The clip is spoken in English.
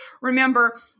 remember